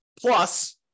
Plus